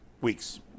weeks